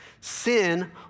Sin